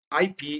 IP